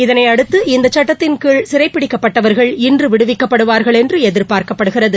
இதனையடுத்து இந்த சுட்டத்தின் கீழ் சிறைபிடிக்கப்பட்டவர்கள் இன்று விடுவிக்கப்படுவாா்கள் என்று எதிர்பார்க்கப்படுகிறது